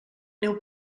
neu